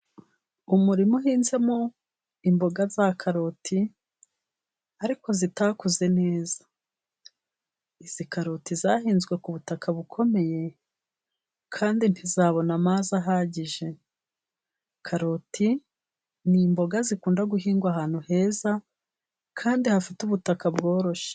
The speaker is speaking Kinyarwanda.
Umurima uhinzemo imboga za karoti, ariko zitakuze neza. Izi karoti zahinzwe ku butaka bukomeye kandi ntizabona amazi ahagije. Karoti ni imboga zikunda guhingwa ahantu heza kandi hafite ubutaka bworoshye.